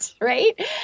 Right